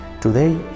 Today